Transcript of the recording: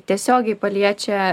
tiesiogiai paliečia